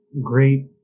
great